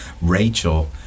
Rachel